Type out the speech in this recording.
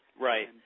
Right